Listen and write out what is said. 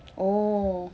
oh